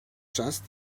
just